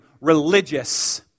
religious